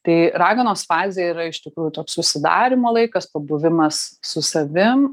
tai raganos fazė yra iš tikrųjų toks užsidarymo laikas pabuvimas su savim